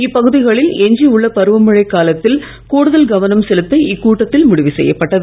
இப்பகுதிகளில் எஞ்சியுள்ள பருவ மழை காலத்தில் கூடுதல் கவனம் செலுத்த இக்கூட்டத்தில் முடிவு செய்யப்பட்டது